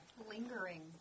Lingering